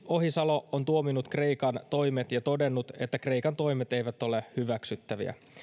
ohisalo on tuominnut kreikan toimet ja todennut että kreikan toimet eivät ole hyväksyttäviä